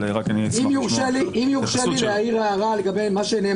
אם הממשלה במועצתה תחליט שהיא משנה את הכלל לגבי מקרים מהסוג